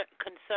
concern